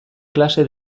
klase